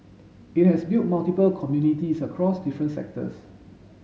it has built multiple communities across different sectors